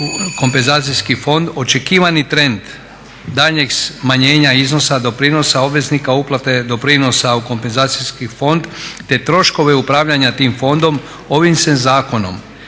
kompenzacijski fond očekivani trend daljnjeg smanjenja iznosa doprinosa obveznika uplate, doprinosa u kompenzacijski fond te troškove upravljanja tim fondom. Ovim se zakonom